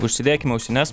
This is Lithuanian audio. užsidėkim ausines